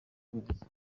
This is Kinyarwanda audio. uburezi